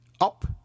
up